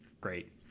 great